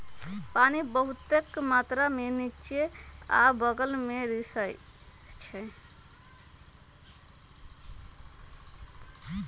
पानी बहुतेक मात्रा में निच्चे आ बगल में रिसअई छई